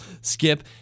Skip